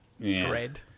dread